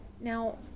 Now